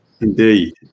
Indeed